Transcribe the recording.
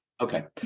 Okay